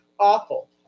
awful